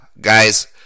guys